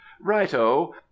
Right-o